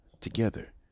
together